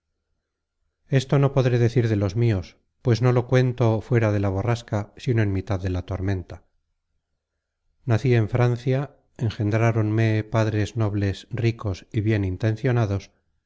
esto no podré decir de los mios pues no los cuento fuera de la borrasca sino en mitad de la tormenta nací en francia engendráronme padres nobles ricos y bien intencionados